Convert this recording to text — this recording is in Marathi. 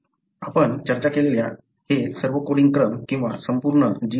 आपण चर्चा केलेल्या हे सर्व कोडिंग क्रम किंवा संपूर्ण जीनमध्ये आहेत